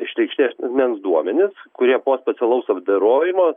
išreikšti asmens duomenys kurie po specialaus apdorojimo